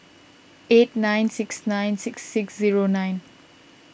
eight nine six nine six six zero nine